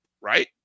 right